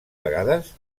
vegades